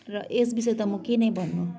र यस विषय त म के नै भन्नु